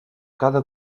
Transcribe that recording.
cada